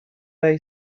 they